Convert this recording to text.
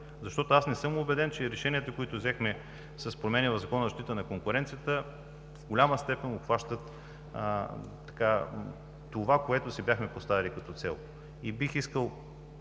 Аз не съм убеден, че решенията, които взехме с промените в Закона за защита на конкуренцията, в голяма степен обхващат онова, което си бяхме поставили като цел. Бих искал